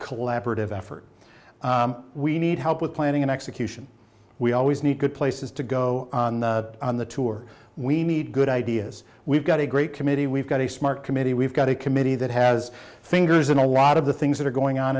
collaborative effort we need help with planning and execution we always need good places to go on the tour we need good ideas we've got a great committee we've got a smart committee we've got a committee that has fingers in a lot of the things that are going on